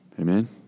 Amen